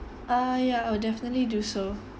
ah ya I will definitely do so